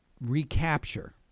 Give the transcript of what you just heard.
recapture